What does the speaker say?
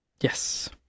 Yes